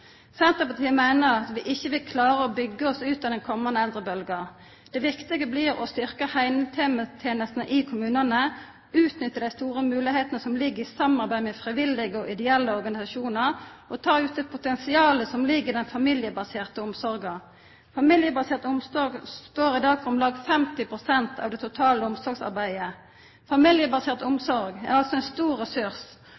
Senterpartiet meiner at vi ikkje vil klara å byggja oss ut av den komande eldrebølgja. Det viktige blir å styrkja heimetenestene i kommunane, utnytta dei store moglegheitene som ligg i samarbeidet med frivillige og ideelle organisasjonar og ta ut potensialet som ligg i den familiebaserte omsorga. Familiebasert omsorg står i dag for om lag 50 pst. av det totale omsorgsarbeidet. Familiebasert